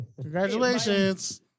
congratulations